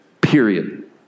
period